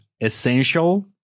essential